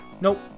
Nope